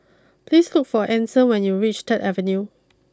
please look for Ason when you reach third Avenue